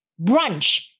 brunch